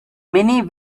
many